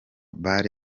bar